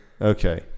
okay